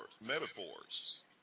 metaphors